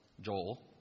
Joel